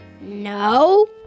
no